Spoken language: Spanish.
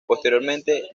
posteriormente